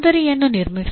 ಮಾದರಿಯನ್ನು ನಿರ್ಮಿಸಿ